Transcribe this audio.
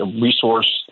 resource